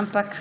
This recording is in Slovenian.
Ampak